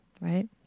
right